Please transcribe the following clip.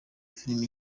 filimi